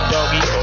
Doggy